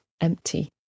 empty